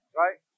right